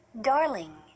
Darling